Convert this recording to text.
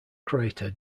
crater